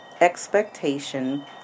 expectation